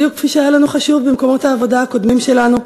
בדיוק כפי שהיה לנו חשוב במקומות העבודה הקודמים שלנו,